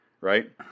Right